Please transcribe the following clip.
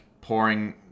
pouring